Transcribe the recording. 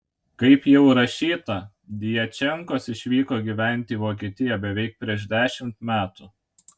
kaip jau rašyta djačenkos išvyko gyventi į vokietiją beveik prieš dešimt metų